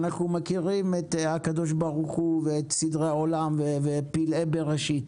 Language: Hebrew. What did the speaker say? אנחנו מכירים את הקדוש ברוך הוא ואת סדרי העולם ואת פלאי בראשית.